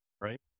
right